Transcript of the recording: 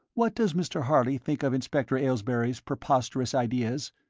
what does mr. harley think of inspector aylesbury's preposterous ideas?